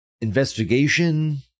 investigation